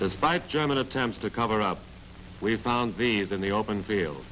despite german attempts to cover up we've found be than the open field